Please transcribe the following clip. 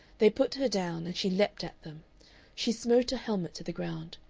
they put her down, and she leaped at them she smote a helmet to the ground.